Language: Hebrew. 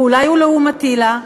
ואולי הוא לעומתי לה?